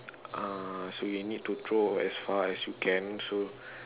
ah so you need to draw as far as you can so